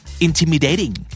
intimidating